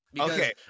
Okay